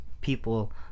people